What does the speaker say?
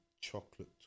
chocolate